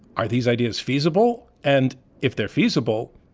are these ideas feasible, and if they are feasible,